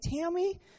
Tammy